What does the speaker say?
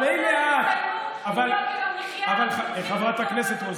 די כבר עם ההסתה הזאת, מספיק.